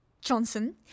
Johnson